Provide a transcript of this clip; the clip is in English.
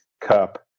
Cup